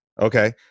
Okay